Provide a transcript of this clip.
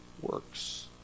Works